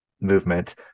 movement